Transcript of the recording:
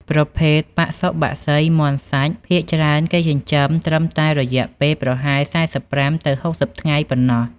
ប្រភេទបសុបក្សីមាន់សាច់ ភាគច្រើនគេចិញ្ចឹមត្រឹមតែរយៈពេលប្រហែល ៤៥ ទៅ ៦០ ថ្ងៃប៉ុណ្ណោះ។